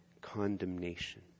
condemnation